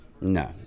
No